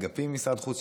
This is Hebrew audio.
אגפים משרד חוץ,